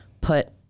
put